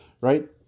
right